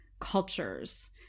cultures